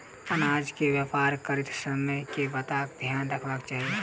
अनाज केँ व्यापार करैत समय केँ बातक ध्यान रखबाक चाहि?